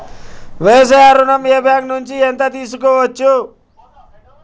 వ్యవసాయ ఋణం ఏ బ్యాంక్ నుంచి ఎంత తీసుకోవచ్చు?